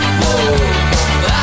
whoa